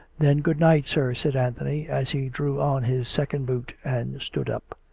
then good-night, sir, said anthony, as he drew on his second boot and stood up.